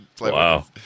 Wow